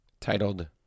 titled